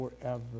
forever